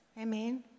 Amen